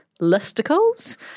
listicles